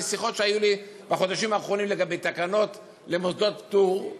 משיחות שהיו לי בחודשים האחרונים לגבי תקנות למוסדות פטור,